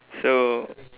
so